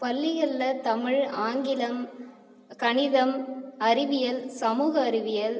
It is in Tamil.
பள்ளிகளில் தமிழ் ஆங்கிலம் கணிதம் அறிவியல் சமூக அறிவியல்